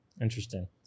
interesting